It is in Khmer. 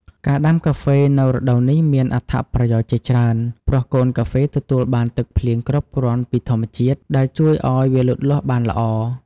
ការដាំកាហ្វេនៅរដូវនេះមានអត្ថប្រយោជន៍ជាច្រើន ព្រោះកូនកាហ្វេទទួលបានទឹកភ្លៀងគ្រប់គ្រាន់ពីធម្មជាតិ ដែលជួយឱ្យវាលូតលាស់បានល្អ។